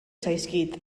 zaizkit